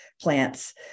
plants